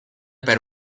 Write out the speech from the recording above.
per